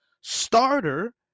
starter